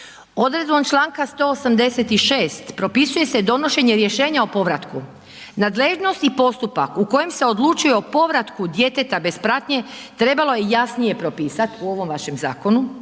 odredbom čl. 186. propisuje se donošenje rješenje o povratku. Nadležnost i postupak u kojem se odlučuje o povratku djeteta bez pratnje trebalo je jasnije propisat u ovom vašem zakonu